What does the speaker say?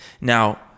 now